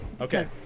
Okay